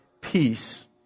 peace